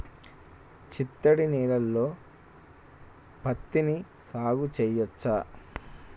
చిత్తడి నేలలో పత్తిని సాగు చేయచ్చా?